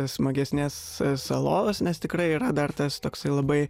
smagesnės salos nes tikrai yra dar tas toksai labai